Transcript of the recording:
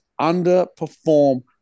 underperform